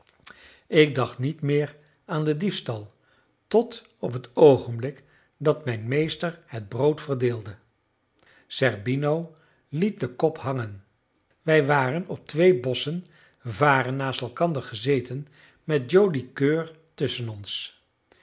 ik dacht niet meer aan den diefstal tot op het oogenblik dat mijn meester het brood verdeelde zerbino liet den kop hangen wij waren op twee bossen varen naast elkander gezeten met joli coeur tusschen ons